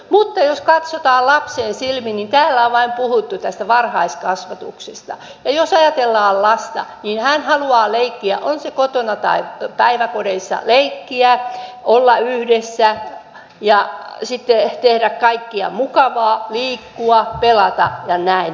mutta jos katsotaan lapsen silmin niin täällä on puhuttu vain varhaiskasvatuksesta ja jos ajatellaan lasta niin hän haluaa leikkiä on se kotona tai päiväkodeissa leikkiä olla yhdessä ja sitten tehdä kaikkea mukavaa liikkua pelata ja näin